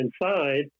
inside